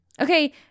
Okay